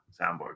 soundboard